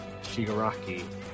Shigaraki